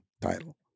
title